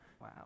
Wow